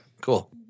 Cool